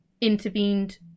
intervened